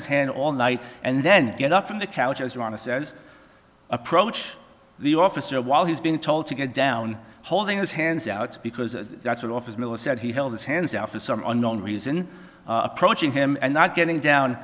his hand all night and then get up from the couch as the honest approach the officer while he's been told to get down holding his hands out because that's what office miller said he held his hands out for some unknown reason approaching him and not getting down